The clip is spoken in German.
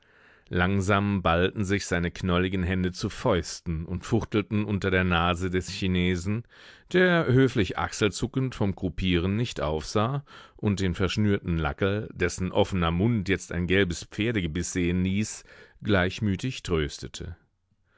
langsam ballten sich seine knolligen hände zu fäusten und fuchtelten unter der nase des chinesen der höflich achselzuckend vom croupieren nicht aufsah und den verschnürten lackel dessen offener mund jetzt ein gelbes pferdegebiß sehen ließ gleichmütig